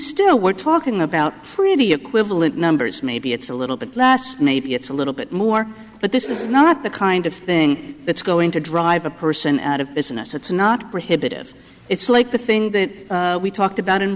still we're talking about pretty equivalent numbers maybe it's a little bit last maybe it's a little bit more but this is not the kind of thing that's going to drive a person out of business it's not prohibitive it's like the thing that we talked about in